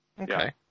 Okay